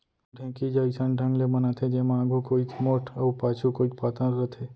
ढेंकी ज अइसन ढंग ले बनाथे जेमा आघू कोइत मोठ अउ पाछू कोइत पातन रथे